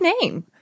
name